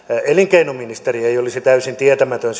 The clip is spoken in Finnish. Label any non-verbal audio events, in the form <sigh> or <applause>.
elinkeinoministeri ei olisi täysin tietämätön <unintelligible>